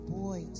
boy